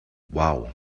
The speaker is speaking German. wow